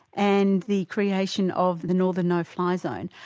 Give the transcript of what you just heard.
and the creation of the northern no-fly zone,